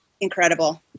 incredible